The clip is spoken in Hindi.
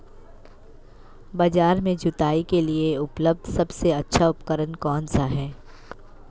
बाजार में जुताई के लिए उपलब्ध सबसे अच्छा उपकरण कौन सा है?